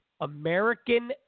American